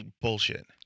Bullshit